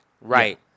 Right